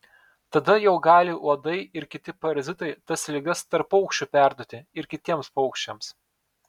tada jau gali uodai ir kiti parazitai tas ligas tarp paukščių perduoti ir kitiems paukščiams